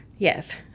Yes